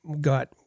got